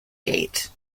gate